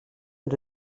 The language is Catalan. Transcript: ens